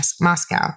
Moscow